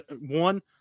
One